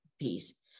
piece